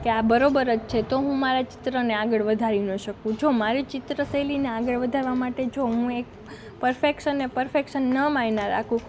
કે આ બરાબર જ છે તો હું મારા ચિત્રને આગળ વધારી ન શકું જો મારે ચિત્ર શૈલીને આગળ વધારવાં માટે જો હું એક પરફેક્શનને પરફેક્સન ન માન્યાં રાખું